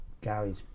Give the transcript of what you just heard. Gary's